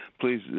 please